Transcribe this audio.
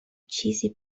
چیزی